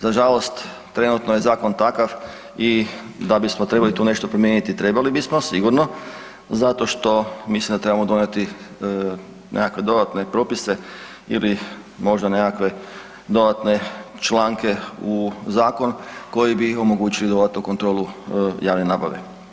Nažalost, trenutno je zakon takav i da bismo trebali tu nešto promijeniti, trebali bismo sigurno, zato što mislim da trebamo donijeti nekakve dodatne propise ili možda nekakve dodatne članke u zakon koji bi omogućili dodatnu kontrolu javne nabave.